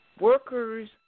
workers